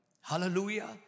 Hallelujah